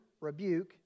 rebuke